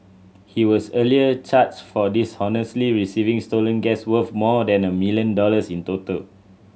he was earlier charged for dishonestly receiving stolen gas worth more than a million dollars in total